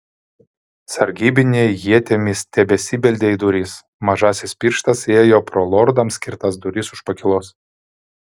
sargybiniai ietimis tebesibeldė į duris mažasis pirštas įėjo pro lordams skirtas duris už pakylos